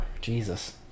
Jesus